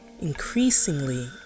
Increasingly